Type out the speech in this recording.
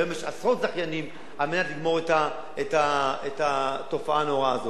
היום יש עשרות זכיינים על מנת לגמור את התופעה הנוראה הזו.